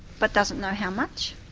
but doesn't know how much,